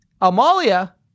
Amalia